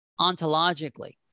ontologically